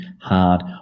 hard